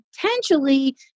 potentially